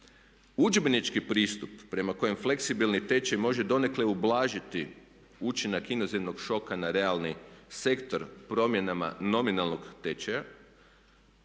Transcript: Udžbenički pristup prema kojem fleksibilni tečaj može donekle ublažiti učinak inozemnog šoka na realni sektor promjenama nominalnog tečaja